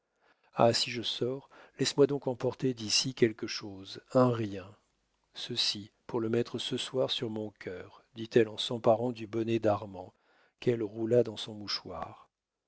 ah si je sors laisse-moi donc emporter d'ici quelque chose un rien ceci pour le mettre ce soir sur mon cœur dit-elle en s'emparant du bonnet d'armand qu'elle roula dans son mouchoir